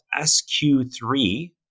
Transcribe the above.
SQ3